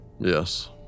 Yes